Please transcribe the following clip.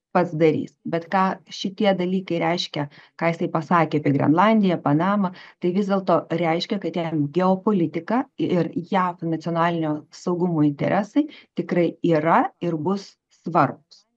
pats darys bet ką šitie dalykai reiškia ką jisai pasakė apie grenlandiją panamą tai vis dėlto reiškia kad jam geopolitika ir jav nacionalinio saugumo interesai tikrai yra ir bus svarbūs